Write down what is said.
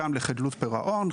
חלקם לחדלות פירעון,